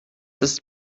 ist